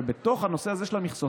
ובתוך הנושא הזה של המכסות,